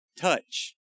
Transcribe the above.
touch